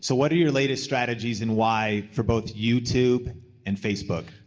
so what are your latest strategies and why for both youtube and facebook?